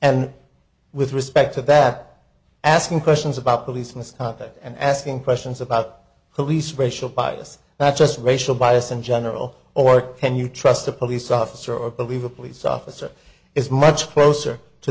and with respect to that asking questions about policemen and asking questions about police racial bias not just racial bias in general or can you trust a police officer or but we've a police officer is much closer to